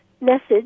message